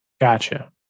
Gotcha